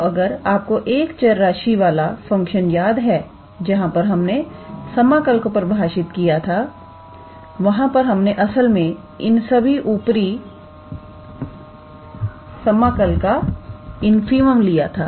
तो अगर आपको एक चर राशि वाला फंक्शन याद है जहां पर हमने समाकल को परिभाषित किया था वहां पर हमने असल में इन सभी ऊपरी समाकल का इनफीमम लिया था